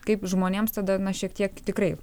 kaip žmonėms tada būna šiek tiek tikrai